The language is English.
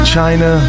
China